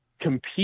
compete